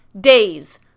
days